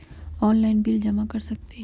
Online bill जमा कर सकती ह?